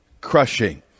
crushing